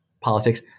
politics